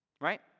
Right